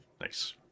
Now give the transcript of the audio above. nice